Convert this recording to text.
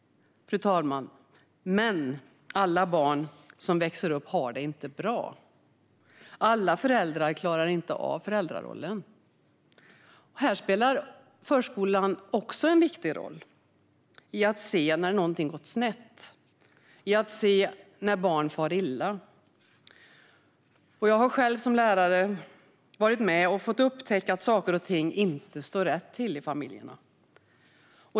Men alla barn som växer upp har det inte bra. Alla föräldrar klarar inte av föräldrarollen. Här spelar förskolan också en viktig roll, i fråga om att se när något gått snett, att se när barn far illa. Jag har som lärare själv fått vara med och upptäcka att saker och ting inte står rätt till i familjerna.